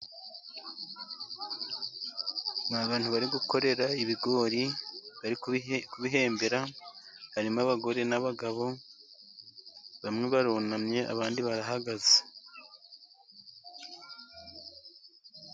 Ni abantu bari gukorera ibigori bari kubihembera, harimo abagore n'abagabo, bamwe barunamye abandi barahagaze.